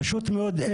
פשוט מאוד,